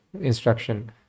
instruction